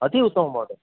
अति उत्तमं महोदय